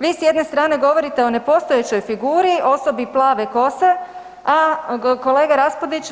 Vi s jedne strane govorite o nepostojećoj figuri, o osobi plave kose, a kolega Raspudić